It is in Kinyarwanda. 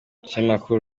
ikinyamakuru